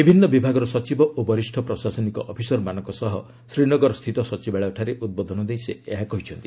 ବିଭିନ୍ନ ବିଭାଗର ସଚିବ ଓ ବରିଷ ପ୍ରଶାସନିକ ଅଫିସରମାନଙ୍କ ସହ ଶ୍ରୀନଗରସ୍ଥିତ ସଚିବାଳୟଠାରେ ଉଦ୍ବୋଧନ ଦେଇ ସେ ଏହା କହିଛନ୍ତି